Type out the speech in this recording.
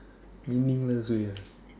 meaningless way ah